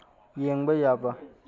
ꯌꯦꯡꯕ ꯌꯥꯕ